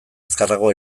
azkarrago